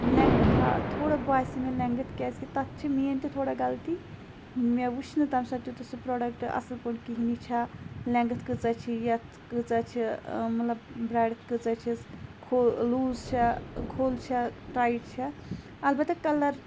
length آ تھوڑا باسے مےٚ لیٚنٛگتھ کیاز کہِ تَتھ چھِ میٲنۍ تہِ تھوڑا غَلطی مےٚ وُچھ نہٕ تمہ ساتہٕ تیوتاہ سُہ پروڈَکٹ اَصل پٲٹھۍ کِہِیٖنۍ یہِ چھا لیٚنٛگتھ کۭژاہ چھِ یَتھ کیژاہ چھِ مَطلَب بریٚڑٕتھ کۭژاہ چھَس کھوٚل لوٗز چھا کھوٚل چھا ٹَیِٹ چھا اَلبَتہَ کَلَر